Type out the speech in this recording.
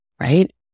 Right